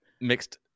Mixed